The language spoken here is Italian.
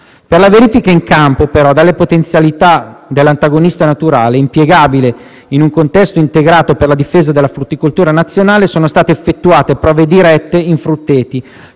Per la verifica in campo delle potenzialità dell'antagonista naturale - impiegabile in un contesto integrato per la difesa della frutticoltura nazionale - sono state effettuate prove dirette in frutteti